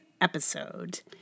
episode